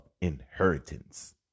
inheritance